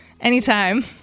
Anytime